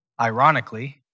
Ironically